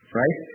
right